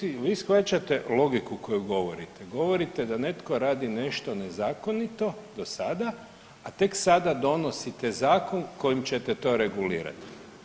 Mislim, jel vi shvaćate logiku koju govorite, govorite da netko radi nešto nezakonito do sada, a tek sada donosite zakon kojim ćete to regulirati.